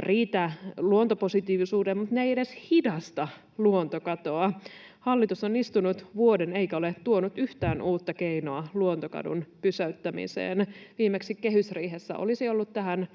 riitä luontopositiivisuuteen, mutta ne eivät edes hidasta luontokatoa. Hallitus on istunut vuoden eikä ole tuonut yhtään uutta keinoa luontokadon pysäyttämiseen. Viimeksi kehysriihessä olisi ollut tähän